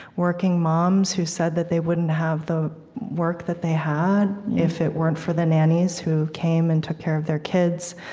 working moms who said that they wouldn't have the work that they had if it weren't for the nannies who came and took care of their kids,